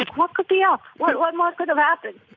like what could be up? what what more could have happened?